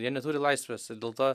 jie neturi laisvės ir dėl to